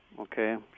okay